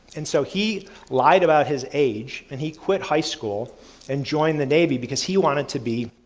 and so, he lied about his age, and he quit high school and joined the navy because he wanted to be